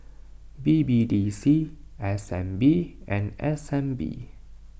B B D C S N B and S N B